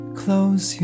close